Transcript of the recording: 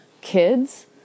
kids